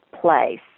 place